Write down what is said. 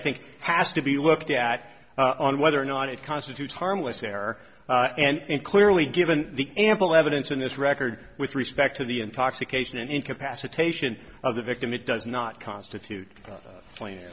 think has to be looked at on whether or not it constitutes harmless error and clearly given the ample evidence in this record with respect to the intoxication incapacitation of the victim it does not constitute a plan